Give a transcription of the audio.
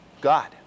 God